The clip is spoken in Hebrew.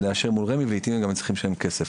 לאשר מול רמ"י ולעיתים הם גם צריכים לשלם כסף,